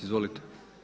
Izvolite.